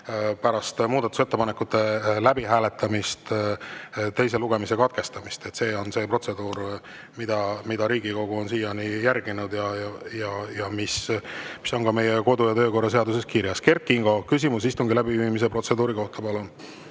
pärast muudatusettepanekute läbihääletamist teise lugemise katkestamist. See on protseduur, mida Riigikogu on siiani järginud ja mis on meie kodu- ja töökorra seaduses kirjas. Kert Kingo, küsimus istungi läbiviimise protseduuri kohta, palun!